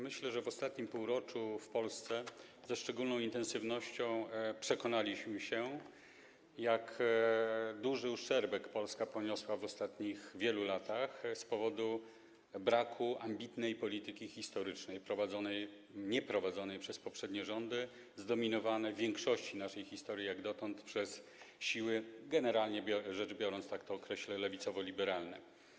Myślę, że w ostatnim półroczu w Polsce ze szczególną intensywnością przekonaliśmy się, jak duży uszczerbek poniosła Polska w ostatnich wielu latach z powodu braku ambitnej polityki historycznej, nieprowadzonej przez poprzednie rządy, zdominowane w większości naszej historii, jak dotąd, przez siły, generalnie rzecz biorąc - tak to określę - lewicowo-liberalne.